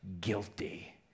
guilty